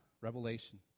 Revelation